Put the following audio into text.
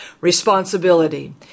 Responsibility